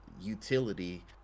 utility